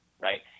Right